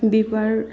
बिबार